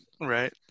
Right